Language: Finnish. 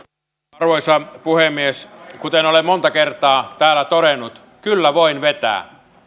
arvoisa puhemies kuten olen monta kertaa täällä todennut kyllä voin vetää